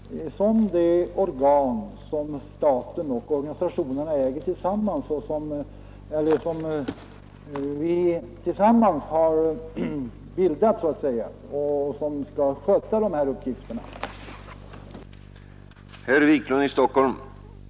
CAN är dock det organ som staten och organisationerna tillsammans har bildat och som har till uppgift att organisera och leda upplysningsoch informationsverksamheten på det område det här är fråga om.